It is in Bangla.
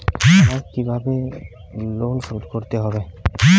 আমাকে কিভাবে লোন শোধ করতে হবে?